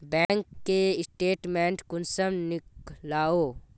Bank के statement कुंसम नीकलावो?